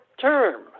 term